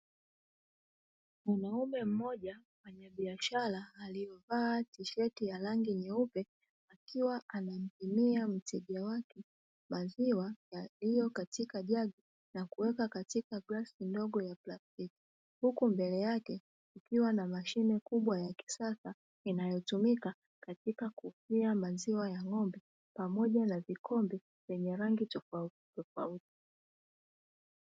Mwanaume mmoja mfanya biashara alivaa tisheti ya rangi nyeupe akiwa anampimia mteja wake maziwa yaliyo katika jagi na kuweka katika glasi ndogo ya plastiki. Huku mbele yake kukiwa na mashine kubwa ya kisasa inayotumika katika kupimia maziwa ya ng'ombe, pamoja na vikombe vyenye rangi tofuti tofauti.